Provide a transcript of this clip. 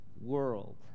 world